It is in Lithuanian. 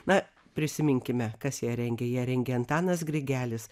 na prisiminkime kas ją rengė ją rengė antanas grigelis